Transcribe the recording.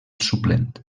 suplent